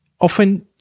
often